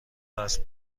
وصل